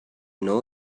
know